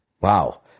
Wow